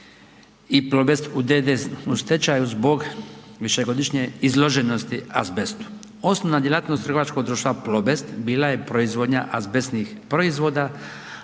i Plobest d.d. u stečaju zbog višegodišnje izloženosti azbestu. Osnovna djelatnost trgovačkog društva Plobest bila je proizvodnja azbestnih proizvoda,